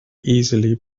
easily